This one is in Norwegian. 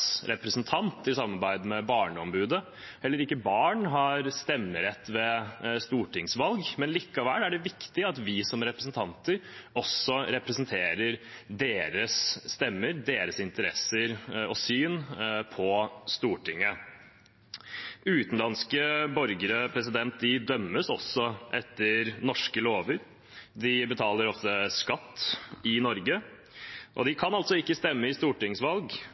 i samarbeid med Barneombudet. Heller ikke barn har stemmerett ved stortingsvalg, likevel er det viktig at vi som representanter også representerer deres stemmer, deres interesser og syn, på Stortinget. Utenlandske borgere dømmes også etter norske lover, og de betaler ofte skatt i Norge. De kan altså ikke stemme ved stortingsvalg,